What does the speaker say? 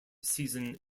season